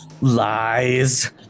lies